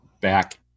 back